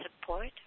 support